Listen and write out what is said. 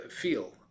feel